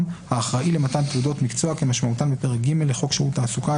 האחראי למתן תעודות מקצוע כמשמעותן בפרק ג' לחוק שירות תעסוקה,